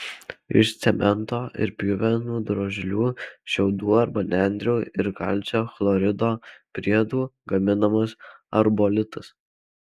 iš cemento ir pjuvenų drožlių šiaudų arba nendrių ir kalcio chlorido priedų gaminamas arbolitas